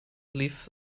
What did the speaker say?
leave